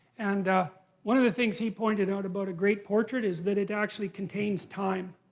and one of the things he pointed out about a great portrait is that it actually contains time.